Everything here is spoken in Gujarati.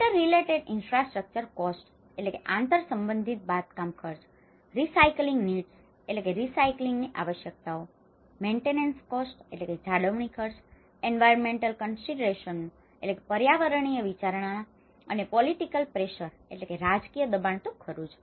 inter related infrastructure cost Inter related infrastructure costs આંતર સંબંધિત બાંધકામ ખર્ચ recycling needs recycling needs recycling આવશ્યકતાઓ મેન્ટેનન્સ કોસ્ટ maintenance cost જાળવણી ખર્ચ એન્વાયરોંમેંટલ કન્સિડરેશનઓ environmental considerations પર્યાવરણીય વિચારણા અને પોલિટિકલ પ્રેશર political pressures રાજકીય દબાણ તો ખરું જ